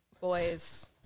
boys